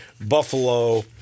Buffalo –